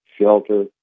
shelter